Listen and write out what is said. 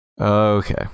Okay